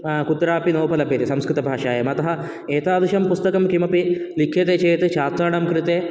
कुत्रापि न उपलभ्यते संस्कृतभाषायाम् अतः एतादृशं पुस्तकं किमपि लिख्यते चेत् छात्राणां कृते